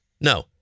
No